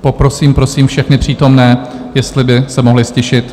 Poprosím všechny přítomné, jestli by se mohli ztišit.